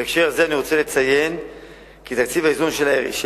בהקשר זה אני רוצה לציין כי תקציב האיזון של